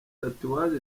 tatouage